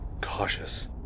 cautious